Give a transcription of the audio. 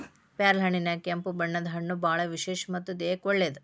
ಪ್ಯಾರ್ಲಹಣ್ಣಿನ್ಯಾಗ ಕೆಂಪು ಬಣ್ಣದ ಹಣ್ಣು ಬಾಳ ವಿಶೇಷ ಮತ್ತ ದೇಹಕ್ಕೆ ಒಳ್ಳೇದ